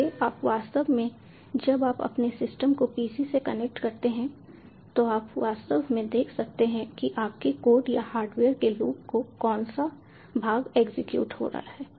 इसलिए आप वास्तव में जब आप अपने सिस्टम को PC से कनेक्ट करते हैं तो आप वास्तव में देख सकते हैं कि आपके कोड या हार्डवेयर के लूप का कौन सा भाग एग्जीक्यूट हो रहा है